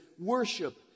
Worship